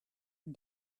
and